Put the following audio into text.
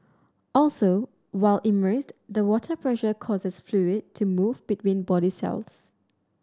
also while immersed the water pressure causes fluid to move between body cells